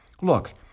Look